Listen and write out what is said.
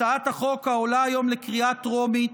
הצעת החוק העולה היום לקריאה טרומית,